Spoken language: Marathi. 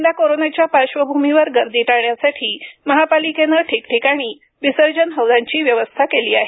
यंदा कोरोनाच्या पार्श्वभूमीवर गर्दी टाळण्यासाठी महापालिकेनं ठिकठिकाणी विसर्जन हौदांची व्यवस्था केली आहे